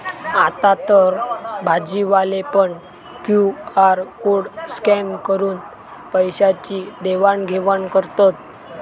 आतातर भाजीवाले पण क्यु.आर कोड स्कॅन करून पैशाची देवाण घेवाण करतत